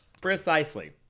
Precisely